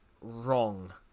wrong